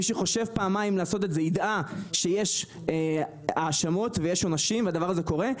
מי שחושב פעמיים לעשות את זה ידע שיש האשמות ויש עונשים והדבר הזה קורה.